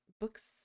books